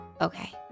Okay